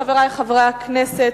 חברי חברי הכנסת,